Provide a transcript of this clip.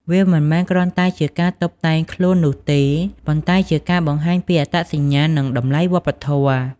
វាមិនមែនគ្រាន់តែជាការតុបតែងខ្លួននោះទេ ប៉ុន្តែជាការបង្ហាញពី អត្តសញ្ញាណ និងតម្លៃវប្បធម៌។